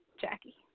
Jackie